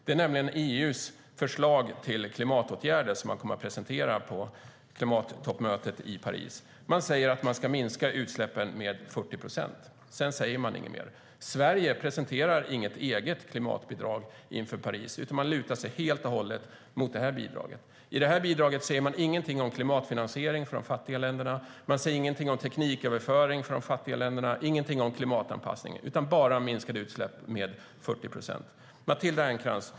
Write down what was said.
Det är nämligen EU:s förslag till klimatåtgärder som man kommer att presentera på klimattoppmötet i Paris. Man säger att man ska minska utsläppen med 40 procent. Sedan säger man inget mer. Sverige presenterar inget eget klimatbidrag inför mötet i Paris, utan lutar sig helt och hållet mot EU:s bidrag. I detta bidrag säger man ingenting om klimatfinansiering för de fattiga länderna, ingenting om tekniköverföring till de fattiga länderna och ingenting om klimatanpassning. Man talar bara om minskade utsläpp med 40 procent. Matilda Ernkrans!